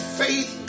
faith